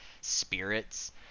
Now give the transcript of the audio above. spirits